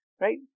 right